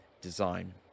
design